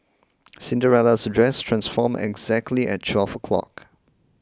Cinderella's dress transformed exactly at twelve o'clock